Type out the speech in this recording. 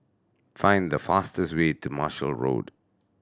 find the fastest way to Marshall Road